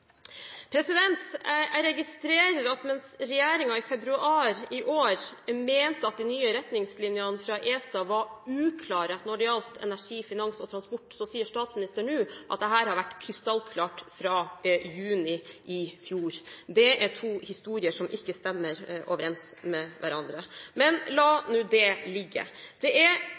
Jeg registrerer at mens regjeringen i februar i år mente at de nye retningslinjene fra ESA var uklare når det gjaldt energi, finans og transport, sier statsministeren nå at dette har vært krystallklart fra juni i fjor. Det er to historier som ikke stemmer overens med hverandre. Men la nå det ligge. Det er